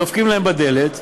דופקים להם בדלת,